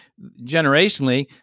generationally